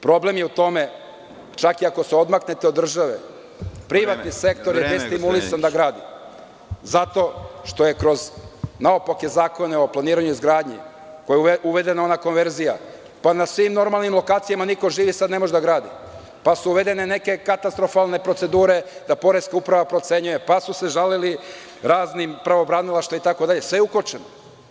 Problem je u tome čak iako se odmaknete od države, privatni sektor je destimulisan da gradi zato što je kroz naopake zakone o planiranju i izgradnji kojim je uvedena ona konverzija pa na svim normalnim lokacijama niko živi ne može sada da gradi, pa su uvedene neke katastrofalne procedure da poreska uprava, procenjuje pa su se žalili raznim pravobranilaštvima itd, sve je ukočeno.